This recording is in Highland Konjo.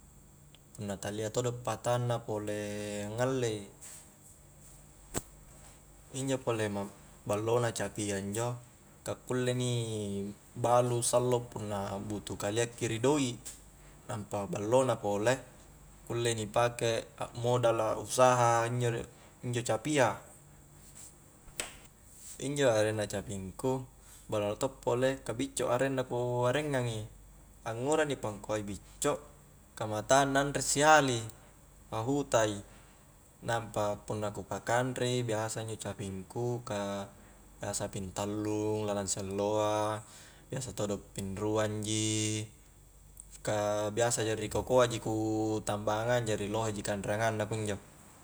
Na talia todo patanna pole ngallei injo pole ballona capia injo ka kule ni balu sallo punna butuh kalia ki ri doik nampa ballo na pole kulle ni pake akmodala usaha injo injo capia injo arenna capingku ballo na to' pole ka bicco arenna ku arengngang i angngura ni pangkuai bicco ka matanna anre sihali a huta i, nampa punna ku pakanrei biasa injo capingku, ka biasa ping tallu lalang si alloa biasa todo pinruang ji ka biasa ja ri kokoa ji ku tambangang jari lohe ji kanareangang na kunjo